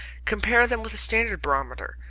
compare them with a standard barometer,